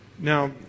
Now